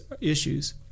issues